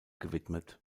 gewidmet